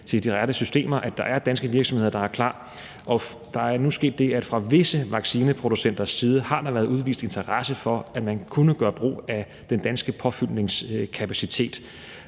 til de rette systemer, at der er danske virksomheder, der er klar. Og der er nu sket det, at fra visse vaccineproducenters side har der været udvist interesse for, at man kunne gøre brug af den danske påfyldningskapacitet.